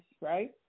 right